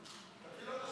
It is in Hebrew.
ברשימה.